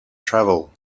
travel